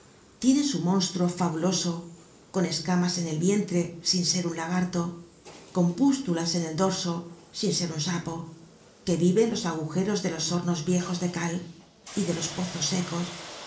tiene su monstruo fabuloso con escamas en el vientre sin ser un lagarto con pústulas en el dorso sin ser un sapo que vive en los agujeros de los hornos viejos de cal y de los pozos secos